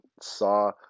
saw